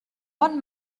bon